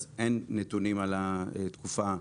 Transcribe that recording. אז אין נתונים על התקופה הספציפית.